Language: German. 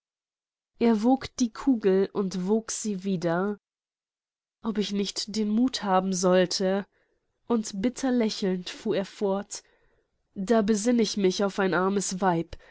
er wog die kugel und wog sie wieder ob ich nicht den muth haben sollte und bitter lächelnd fuhr er fort da besinn ich mich auf ein armes weib